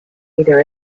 either